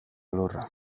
lurra